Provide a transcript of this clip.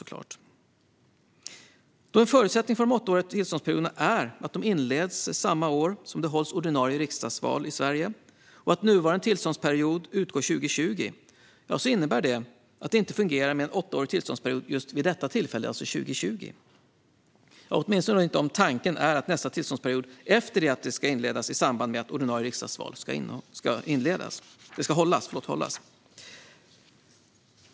Eftersom en förutsättning för de åttaåriga tillståndsperioderna är att de inleds samma år som det hålls ordinarie riksdagsval i Sverige och att nuvarande tillståndsperiod utgår 2020 innebär det att det inte fungerar med en åttaårig tillståndsperiod just vid detta tillfälle, alltså från 2020 - åtminstone inte om tanken är att tillståndsperioden därefter ska inledas i samband med att ordinarie riksdagsval ska hållas.